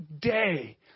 day